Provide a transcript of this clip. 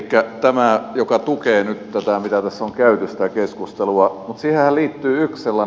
elikkä tämä tukee nyt tätä keskustelua mitä tässä on käyty